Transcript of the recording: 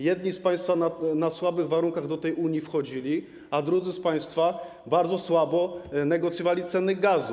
Jedni z państwa na słabych warunkach do tej Unii wchodzili, a drudzy z państwa bardzo słabo negocjowali ceny gazu.